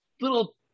little